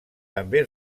també